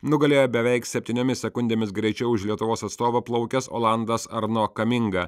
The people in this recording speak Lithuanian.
nugalėjo beveik septyniomis sekundėmis greičiau už lietuvos atstovą plaukęs olandas arno kaminga